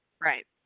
Right